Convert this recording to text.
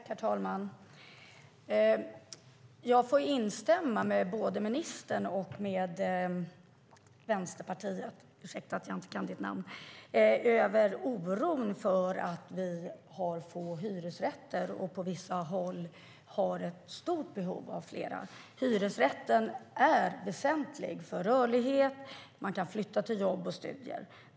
Herr talman! Jag får instämma med både ministern och Vänsterpartiet - ursäkta att jag inte kan interpellantens namn - i oron över att vi har få hyresrätter och på vissa håll har ett stort behov av fler. Hyresrätten är väsentlig för rörlighet så att man kan flytta till jobb och studier.